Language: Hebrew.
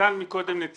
אדוני היושב-ראש,